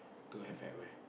don't have at where